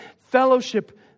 fellowship